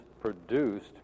produced